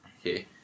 Okay